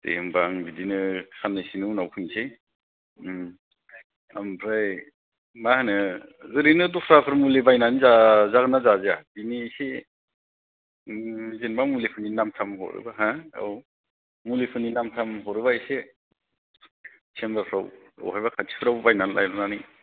दे होमबा आं बिदिनो साननैसोनि उनाव फैसै उम आमफ्राय माहोनो ओरैनो दस्राफोर मुलि बायनानै जाजागोन ना जाजाया बिनि एसे जेन'बा मुलिफोरनि नाम थाम हरोब्ला हा औ मुलिफोरनि नाम थाम हरोब्ला एसे चेमबारफ्राव अफायबा खाथिफ्राव बायनानै लायनानै